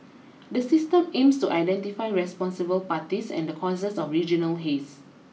the system aims to identify responsible parties and the causes of regional haze